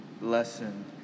lesson